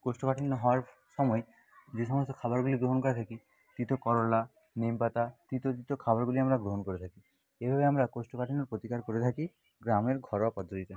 কোষ্ঠকাঠিন্য হওয়ার সময় যে সমস্ত খাবারগুলি গ্রহণ করে থাকি তিঁতো করোলা নিম পাতা তিঁতো তিঁতো খাবারগুলি আমরা গ্রহণ করে থাকি এভাবে আমরা কোষ্ঠকাঠিন্যর প্রতিকার করে থাকি গ্রামের ঘরোয়া পদ্ধতিতে